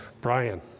Brian